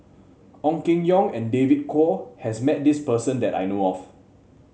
Ong Keng Yong and David Kwo has met this person that I know of